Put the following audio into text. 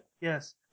Yes